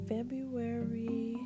February